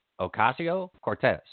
Ocasio-Cortez